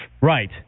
Right